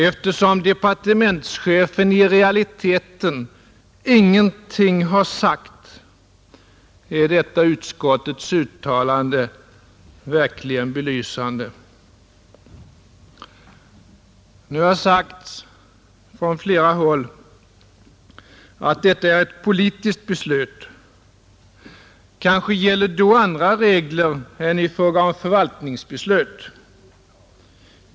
Eftersom departementschefen i realiteten ingenting sagt, är detta utskottets uttalande verkligen belysande. Nu har det sagts från flera håll att detta är ett politiskt beslut. Kanske gäller då andra regler än i fråga om förvaltningsbeslut.